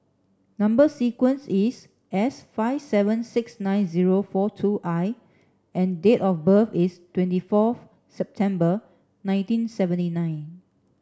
number sequence is S five seven six nine zero four two I and date of birth is twenty forth September nineteen seventy nine